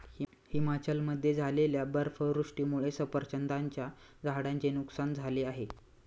हिमाचलमध्ये झालेल्या बर्फवृष्टीमुळे सफरचंदाच्या झाडांचे नुकसान झाले आहे